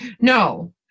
No